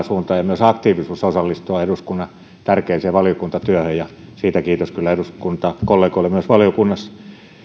suuntaan ja myös aktiivisuus osallistua eduskunnan tärkeään valiokuntatyöhön siitä kiitos kyllä eduskunnan kollegoille myös valiokunnassa